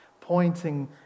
pointing